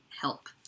help